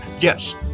Yes